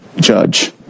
judge